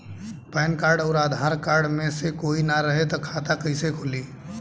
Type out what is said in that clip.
Pan card आउर Aadhaar card मे से कोई ना रहे त खाता कैसे खुली?